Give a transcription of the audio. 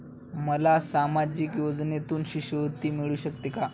मला सामाजिक योजनेतून शिष्यवृत्ती मिळू शकेल का?